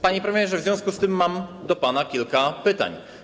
Panie premierze, w związku z tym mam do pana kilka pytań.